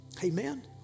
Amen